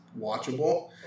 watchable